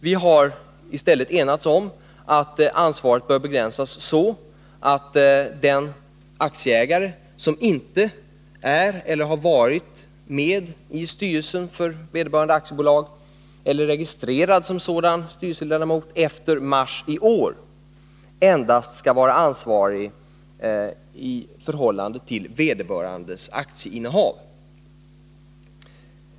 Vi har i utskottet enats om att ansvaret i stället bör begränsas så, att den aktieägare som inte är eller har varit styrelseledamot i aktiebolaget i fråga, eller som inte är registrerad som styrelseledamot, efter marsi år endast skall vara ansvarig i förhållande till sitt aktieinnehav.